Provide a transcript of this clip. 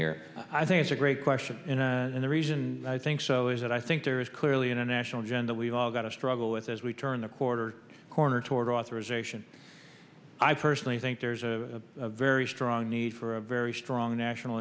here i think it's a great question and the reason i think so is that i think there is clearly a national agenda we've all got to struggle with as we turn a quarter corner toward authorization i personally think there's a very strong need for a very strong national